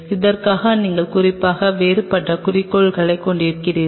அதற்காக நீங்கள் குறிப்பாக வேறுபட்ட குறிக்கோளைக் கொண்டுள்ளீர்கள்